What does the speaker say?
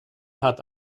hat